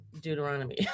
Deuteronomy